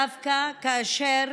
דווקא כאשר